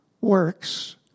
works